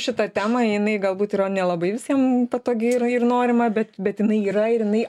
šitą temą jinai galbūt yra nelabai visiem patogi ir ir norima bet bet jinai yra ir jinai